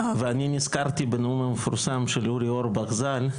ואני נזכרתי בנאום המפורסם של אורי אורבך ז"ל,